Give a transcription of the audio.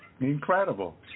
Incredible